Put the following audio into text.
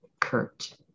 Kurt